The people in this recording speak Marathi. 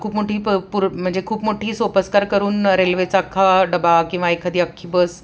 खूप मोठी प पुर म्हणजे खूप मोठी सोपस्कार करून रेल्वेचा अख्खा डबा किंवा एखादी अख्खी बस